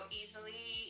easily